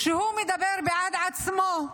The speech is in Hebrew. שמדבר בעד עצמו.